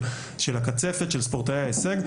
של הקצפת של ספורטאי ההישג.